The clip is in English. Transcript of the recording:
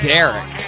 Derek